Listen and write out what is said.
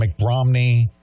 McRomney